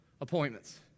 appointments